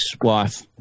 wife